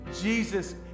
Jesus